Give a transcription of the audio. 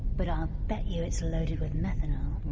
but i'll bet you it's loaded with methanol,